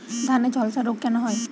ধানে ঝলসা রোগ কেন হয়?